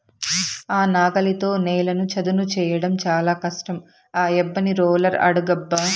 ఆ నాగలితో నేలను చదును చేయడం చాలా కష్టం ఆ యబ్బని రోలర్ అడుగబ్బా